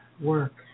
work